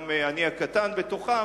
שגם אני הקטן בתוכם,